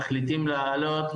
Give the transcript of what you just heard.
מחליטים לעלות,